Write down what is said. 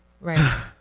right